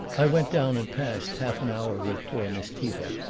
i went down and passed half an hour with poor miss tita.